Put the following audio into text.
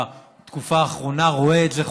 בתקופה האחרונה רואה את זה,